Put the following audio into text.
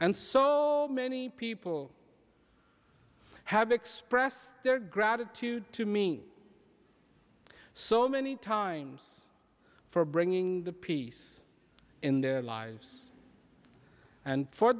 and so many people have expressed their gratitude to mean so many times for bringing the peace in their lives and for